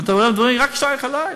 אני מתערב רק בדברים ששייכים אלי.